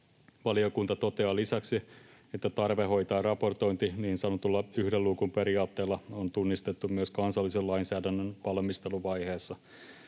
Valiokunta toteaa lisäksi, että tarve hoitaa raportointi niin sanotulla yhden luukun periaatteella on tunnistettu myös kansallisen lainsäädännön valmisteluvaiheessa.